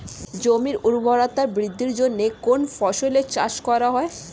জমির উর্বরতা বৃদ্ধির জন্য কোন ফসলের চাষ করা হয়?